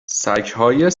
سگهای